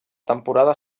temporada